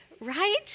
right